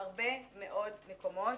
הרבה מאוד מקומות.